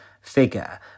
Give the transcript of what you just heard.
figure